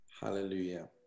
Hallelujah